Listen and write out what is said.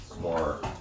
more